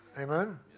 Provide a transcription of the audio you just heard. Amen